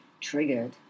triggered